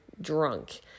drunk